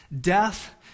death